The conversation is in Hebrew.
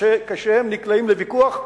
וכשהם נקלעים לוויכוח,